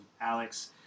Alex